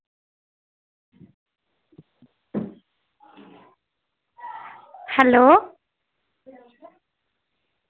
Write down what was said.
hello